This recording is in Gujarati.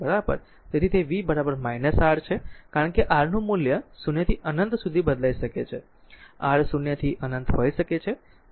તેથી તે v R છે કારણ કે R નું મૂલ્ય 0 થી અનંત સુધી બદલાઈ શકે છે R 0 થી અનંત હોઈ શકે છે